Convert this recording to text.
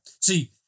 See